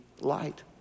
light